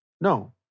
no